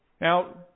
Now